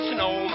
Snow